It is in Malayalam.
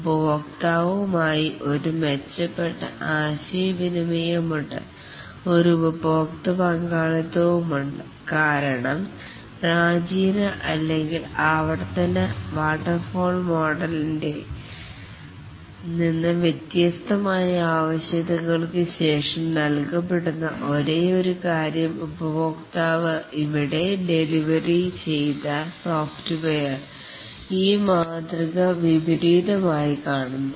ഉപഭോക്താവും ആയി ഒരു മെച്ചപ്പെട്ട ആശയവിനിമയം ഉണ്ട് ഒരു ഉപയോക്ത്യാ പങ്കാളിത്തവും ഉണ്ട് കാരണം പ്രാചീന അല്ലെങ്കിൽ ഇറ്ററേറ്റിവ് വാട്ടർഫാൾ മോഡലിൽ നിന്ന് വ്യത്യസ്തമായി ആവശ്യകത കൾക്ക് ശേഷം നൽകപ്പെടുന്ന ഒരേയൊരുകാര്യം ഉപഭോക്താവ് ഇവിടെ ഡെലിവറി ചെയ്ത സോഫ്റ്റ്വെയർ ഈ മാതൃക വിപരീതമായി കാണുന്നു